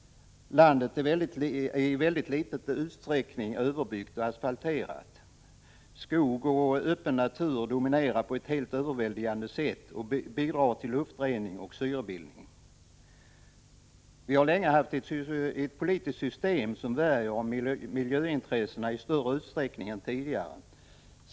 —- Landet är i mycket liten utsträckning överbyggt och asfalterat. Skog och öppen natur dominerar på ett helt överväldigande sätt och bidrar till luftrening och syrebildning. — Vi har länge haft ett politiskt system som värnar om miljöintressena i större utsträckning än tidigare.